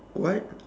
what